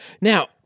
Now